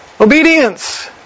Obedience